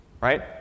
Right